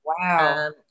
wow